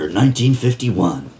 1951